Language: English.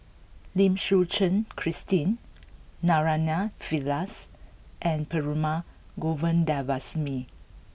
Lim Suchen Christine Naraina Pillai and Perumal Govindaswamy